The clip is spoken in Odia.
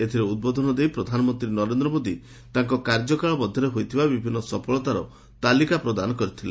ଏଥିରେ ଉଦ୍ବୋଧନ ଦେଇ ପ୍ରଧାନମନ୍ତ୍ରୀ ନରେନ୍ଦ୍ର ମୋଦି ତାଙ୍କ କାର୍ଯ୍ୟକାଳ ମଧ୍ୟରେ ହୋଇଥିବା ବିଭିନ୍ନ ସଫଳତାର ତାଲିକା ପ୍ରଦାନ କରିଥିଲେ